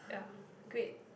yeah great